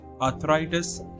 arthritis